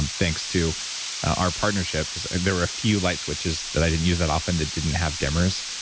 and thanks to our partnership. because there were a few light switches that i didn't use that often that didn't have dimmers,